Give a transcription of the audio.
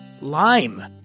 Lime